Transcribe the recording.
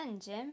Jim